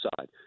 side